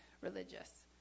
religious